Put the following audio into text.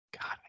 God